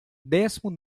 décimo